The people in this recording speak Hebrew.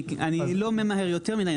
אני לא ממהר יותר מידי,